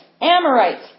Amorites